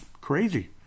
crazy